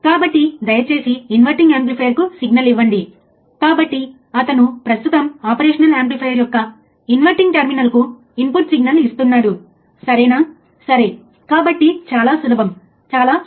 output waveform లో ∆V లో మార్పు వోల్టేజ్లో మార్పును మనం ∆t వద్ద కొలవాలి మరియు దాని నుండి ∆V∆tచే స్లీవ్ రేట్ SR ను కొలవవచ్చు